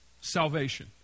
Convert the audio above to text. salvation